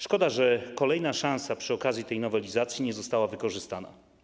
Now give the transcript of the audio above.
Szkoda, że kolejna szansa przy okazji tej nowelizacji nie została wykorzystana.